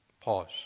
Pause